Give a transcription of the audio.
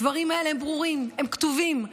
הדברים האלה הם ברורים, הם כתובים.